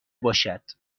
باشد